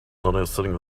noticing